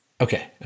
Okay